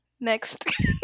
Next